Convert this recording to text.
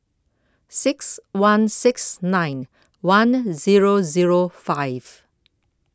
six one six nine one zero zero five